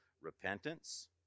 repentance